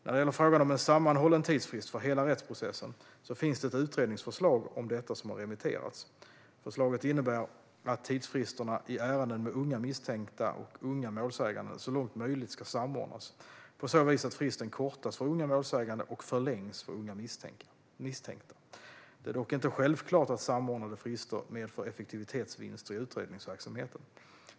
När det gäller frågan om en sammanhållen tidsfrist för hela rättsprocessen finns det ett utredningsförslag om detta som har remitterats. Förslaget innebär att tidsfristerna i ärenden med unga misstänkta och unga målsägande så långt möjligt ska samordnas, på så vis att fristen kortas för unga målsägande och förlängs för unga misstänkta. Det är dock inte självklart att samordnade frister medför effektivitetsvinster i utredningsverksamheten.